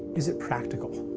is it practical?